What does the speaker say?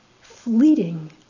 fleeting